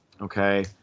Okay